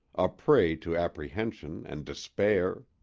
a prey to apprehension and despair!